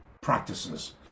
practices